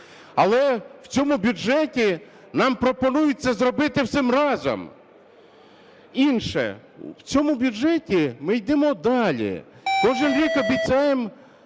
Але в цьому бюджеті нам пропонують це зробити всім разом. Інше. В цьому бюджеті ми йдемо далі. Кожен рік обіцяємо